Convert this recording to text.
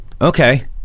Okay